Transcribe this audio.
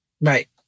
Right